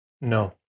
No